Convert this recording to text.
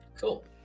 Cool